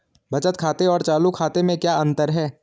बचत खाते और चालू खाते में क्या अंतर है?